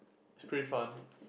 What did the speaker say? it's really fun